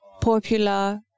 popular